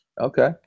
Okay